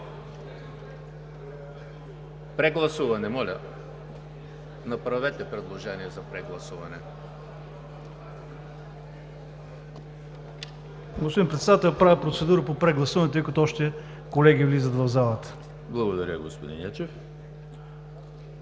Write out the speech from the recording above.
Прегласуване? Моля, направете предложение за прегласуване.